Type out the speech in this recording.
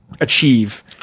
achieve